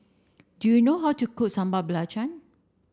do you know how to cook Sambal Belacan